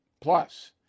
Plus